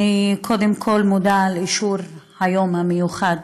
אני קודם כול מודה על אישור היום המיוחד,